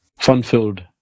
fun-filled